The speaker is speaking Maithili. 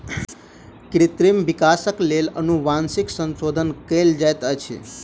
कृत्रिम विकासक लेल अनुवांशिक संशोधन कयल जाइत अछि